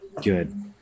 good